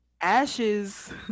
ashes